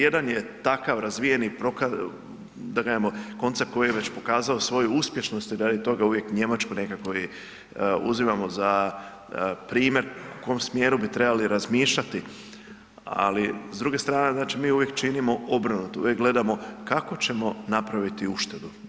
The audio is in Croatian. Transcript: Jedan je takav razvijeni, da kažemo koncept koji je već pokazao svoju uspješnost i radi toga uvijek Njemačku nekako i uzimamo za primjer u kom smjeru bi trebali razmišljati, ali s druge strane, znači mi uvijek činimo obrnuto, uvijek gledamo kako ćemo napraviti uštedu.